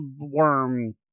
worm